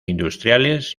industriales